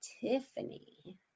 Tiffany